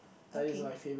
okay